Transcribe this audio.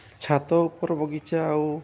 ଛାତ ଉପର ବଗିଚା ଆଉ